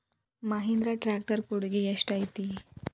Mahindra tractor ಕೊಡುಗೆ ಎಷ್ಟು ಐತಿ?